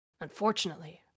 Unfortunately